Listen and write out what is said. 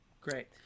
Great